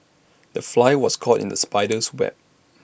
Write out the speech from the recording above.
the fly was caught in the spider's web